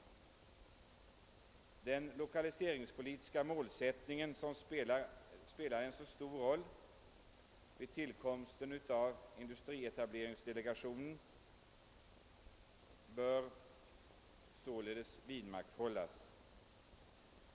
Den lokaliseringspolitiska målsättning som spelade en så stor roll vid tillkomsten av industrietableringsdelegationen bör således vidmakthållas.